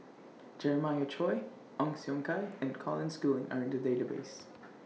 Jeremiah Choy Ong Siong Kai and Colin Schooling Are in The Database